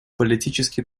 политический